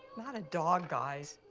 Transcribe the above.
not a dog guys.